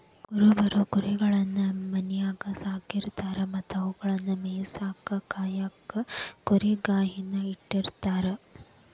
ಕುರುಬರು ಕುರಿಗಳನ್ನ ಮನ್ಯಾಗ್ ಸಾಕಿರತಾರ ಮತ್ತ ಅವುಗಳನ್ನ ಮೇಯಿಸಾಕ ಕಾಯಕ ಕುರಿಗಾಹಿ ನ ಇಟ್ಟಿರ್ತಾರ